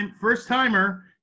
first-timer